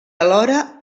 alhora